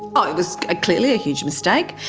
ah it was clearly a huge mistake,